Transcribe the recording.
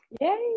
Yay